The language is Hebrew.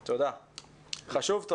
חשוב.